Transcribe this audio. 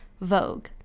Vogue